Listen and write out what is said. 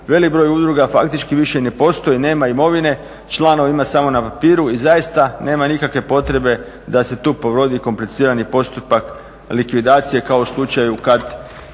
velik broj udruga faktički više ne postoji, nema imovine, članova ima samo na papiru i zaista nema nikakve potrebe da se tu provodi komplicirati postupak likvidacije kao u slučaju kada